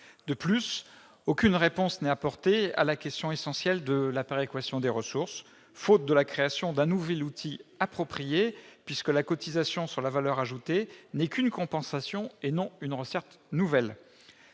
De plus, aucune réponse n'est apportée à la question essentielle de la péréquation des ressources, faute de création d'un nouvel outil approprié, puisque la cotisation sur la valeur ajoutée des entreprises n'est qu'une compensation et non une recette nouvelle.